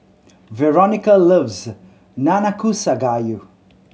Veronica loves Nanakusa Gayu